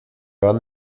van